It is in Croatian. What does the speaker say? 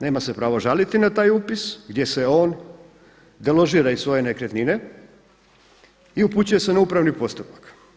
Nema se pravo žaliti na taj upis gdje se on deložira iz svoje nekretnine i upućuje se na upravni postupak.